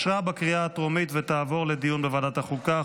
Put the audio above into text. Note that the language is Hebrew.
לוועדת החוקה,